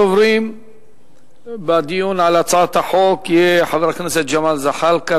ראשון הדוברים בדיון על הצעת החוק יהיה חבר הכנסת ג'מאל זחאלקה,